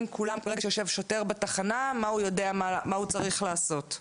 כך שברגע שיושב שוטר בתחנה הוא יודע מה הוא צריך לעשות?